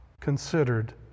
considered